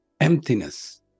emptiness